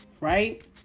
right